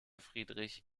friedrich